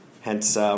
hence